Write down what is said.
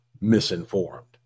misinformed